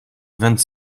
vingt